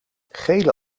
gele